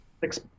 six